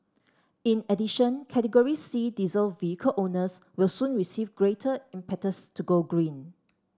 in addition Category C diesel vehicle owners will soon receive greater impetus to go green